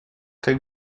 как